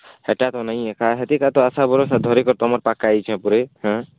ହେଇଟା ତ ନାଇଁ ଏକା ସେଥି ତ ଆଶା ଭରଷା ଧରିକରି ତମର୍ ପାଖେ ଆଇଛୁଁ ପରେ ଏଁ